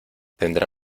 tendrá